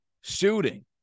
shooting